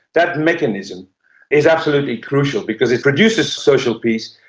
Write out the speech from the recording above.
that mechanism is absolutely crucial, because it produces social peace,